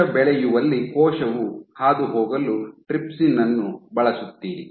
ಕೋಶ ಬೆಳೆಯುವಲ್ಲಿ ಕೋಶವು ಹಾದುಹೋಗಲು ಟ್ರಿಪ್ಸಿನ್ ಅನ್ನು ಬಳಸುತ್ತೀರಿ